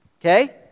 okay